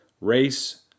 race